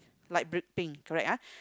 like brick pink correct ah